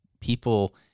People